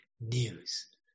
news